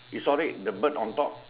you saw it the bird on top